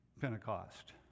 Pentecost